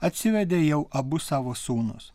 atsivedė jau abu savo sūnus